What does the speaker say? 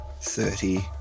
thirty